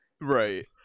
Right